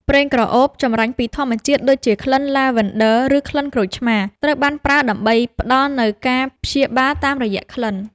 ប្រេងក្រអូបចម្រាញ់ពីធម្មជាតិ ដូចជាក្លិនឡាវ៉ាន់ឌឺ ឬក្លិនក្រូចឆ្មារ ត្រូវបានប្រើដើម្បីផ្តល់នូវការព្យាបាលតាមរយៈក្លិន។